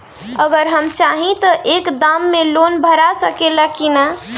अगर हम चाहि त एक दा मे लोन भरा सकले की ना?